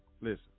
listen